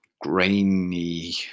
grainy